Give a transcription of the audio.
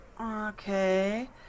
Okay